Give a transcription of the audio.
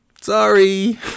Sorry